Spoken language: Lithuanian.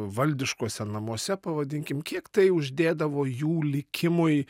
valdiškuose namuose pavadinkim kiek tai uždėdavo jų likimui